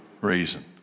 reason